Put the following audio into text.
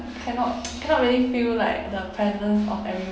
cannot cannot really feel like the presence of everyone